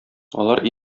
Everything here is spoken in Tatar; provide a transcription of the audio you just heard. алар